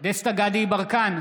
דסטה גדי יברקן,